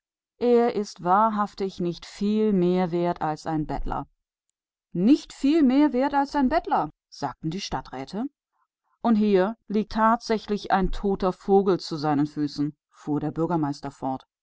er sieht wahrhaftig nicht viel besser aus als ein bettler wenig besser als ein bettler sagten die räte und hier liegt wahrhaftig ein toter vogel zu seinen füßen sagte der bürgermeister wir